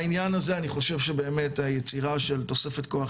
בעניין הזה אני חושב שבאמת היצירה של תוספת כוח